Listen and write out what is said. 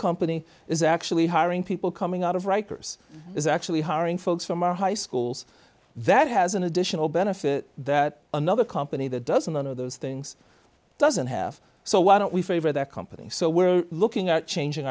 company is actually hiring people coming out of rikers is actually hiring folks from our high schools that has an additional benefit that another company that doesn't honor those things doesn't have so why don't we favor that company so we're looking at changing